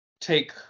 take